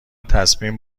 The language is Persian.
تصمیم